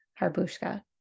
Harbushka